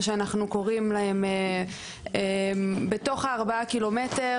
מה שאנחנו קוראים להם בתוך הארבעה קילומטר.